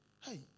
Hey